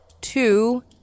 Two